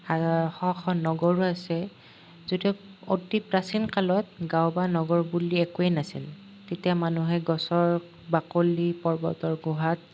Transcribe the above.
শ শ নগৰো আছে যদিও অতি প্ৰাচীন কালত গাঁও বা নগৰ বুলি একোৱেই নাছিল তেতিয়া মানুহে গছৰ বাকলি পৰ্বতৰ গুহাত